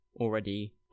already